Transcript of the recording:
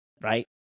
Right